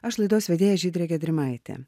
aš laidos vedėja žydrė gedrimaitė